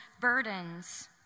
burdens